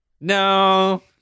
No